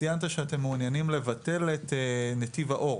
ציינת שאתם מעוניינים לבטל את נתיב האור.